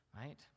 right